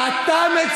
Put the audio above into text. יודעים.